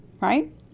right